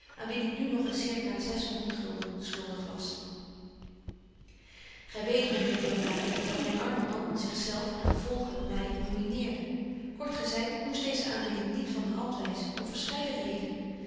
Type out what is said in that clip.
aan wien ik nu nog circa zeshonderd gulden schuldig was gy weet myn heer blankaart dat myn arme man zich zelf en gevolglyk my ruineerde kort gezeit ik moest deeze aanbieding niet van de hand wyzen om verscheiden reden